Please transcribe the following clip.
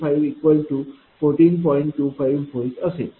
25 V असेल